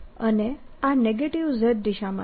અને આ negative z દિશામાં છે